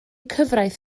cyfraith